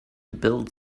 build